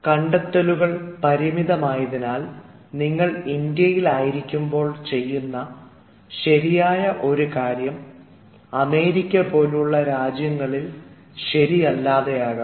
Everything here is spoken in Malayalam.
കണ്ടെത്തലുകൾ പരിമിതമായതിനാൽ നിങ്ങൾ ഇന്ത്യയിൽ ആയിരിക്കുമ്പോൾ ചെയ്യുന്ന ശരിയായ ഒരു കാര്യം അമേരിക്ക പോലുള്ള രാജ്യങ്ങളിൽ ശരിയല്ലാതാകാം